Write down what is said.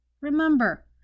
Remember